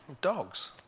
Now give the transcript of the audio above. Dogs